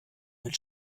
mit